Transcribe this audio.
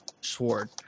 sword